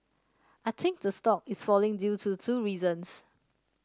I think the stock is falling due to two reasons